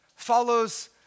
follows